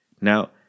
Now